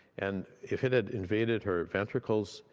and if it it invaded her ventricles,